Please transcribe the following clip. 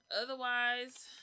Otherwise